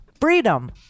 freedom